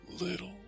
Little